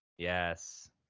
Yes